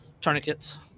tourniquets